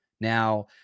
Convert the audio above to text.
Now